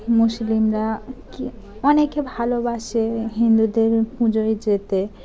মুসলিমরা কি অনেকে ভালোবাসে হিন্দুদের পুজোয় যেতে